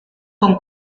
con